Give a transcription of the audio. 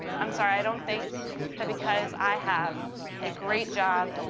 i'm sorry, i don't think that because i have a great job,